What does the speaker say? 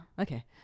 Okay